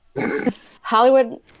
hollywood